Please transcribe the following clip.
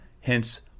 Hence